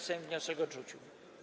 Sejm wniosek odrzucił.